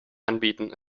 anbieten